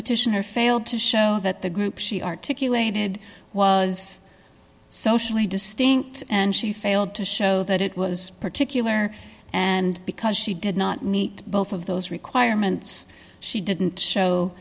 petitioner failed to show that the group she articulated was socially distinct and she failed to show that it was particular and because she did not meet both of those requirements she didn't show